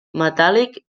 metàl·lic